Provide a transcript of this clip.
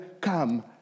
come